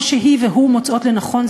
כמו שהיא והוא מוצאות לנכון,